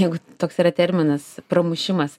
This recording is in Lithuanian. juk toks yra terminas pramušimas